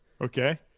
Okay